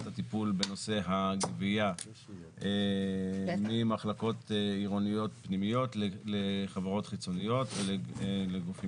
הטיפול בנושא הגבייה ממחלקות עירוניות פנימיות לחברות חיצוניות ולגופים